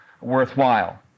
worthwhile